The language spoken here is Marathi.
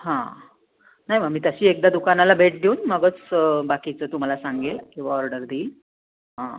हां नाही मग मी तशी एकदा दुकानाला भेट देऊन मगच बाकीचं तुम्हाला सांगेल किंवा ऑर्डर देईल हां